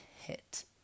hit